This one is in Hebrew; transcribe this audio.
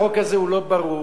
החוק הזה לא ברור,